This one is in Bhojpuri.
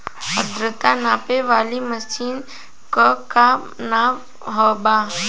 आद्रता नापे वाली मशीन क का नाव बा?